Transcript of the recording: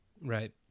right